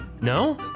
No